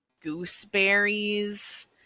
gooseberries